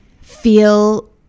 feel